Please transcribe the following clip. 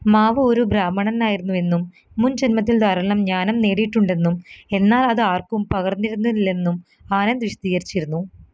മാവ് ഒരു ബ്രാഹ്മണനായിരുന്നു എന്നും മുൻ ജന്മത്തിൽ ധാരാളം ജ്ഞാനം നേടിയിട്ടുണ്ടെന്നും എന്നാൽ അത് ആര്ക്കും പകര്ന്നിരുന്നില്ലെന്നും ആനന്ദ് വിശദീകരിച്ചിരുന്നു